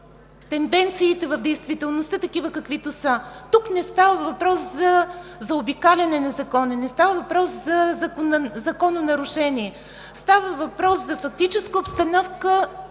тенденциите в действителността такива, каквито са. Тук не става въпрос за заобикаляне на Закона, не става въпрос за закононарушение, а става въпрос за фактическа обстановка,